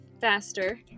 Faster